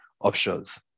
options